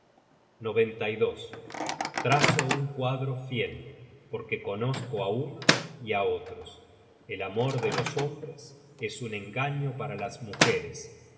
de nieve reblandecida trazo un cuadro fiel porque conozco á unos y á otros el amor de los hombres es un engaño para las mujeres